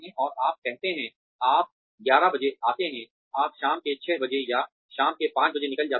और आप कहते हैं आप ग्यारह बजे आते हैं आप शाम को छह बजे या शाम को पाँच बजे निकलते हैं